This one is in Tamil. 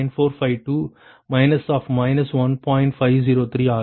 503 ஆக 1